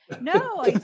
No